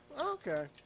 Okay